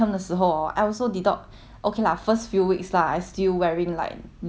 okay lah first few weeks lah I still wearing like lipstick lah those things then